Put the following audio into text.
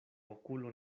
okulo